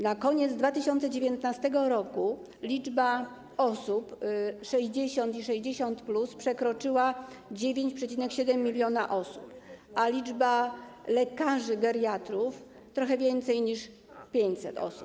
Na koniec 2019 r. liczba osób w wieku 60 i 60+ przekroczyła 9,7 mln osób, a liczba lekarzy geriatrów to trochę więcej niż 500 osób.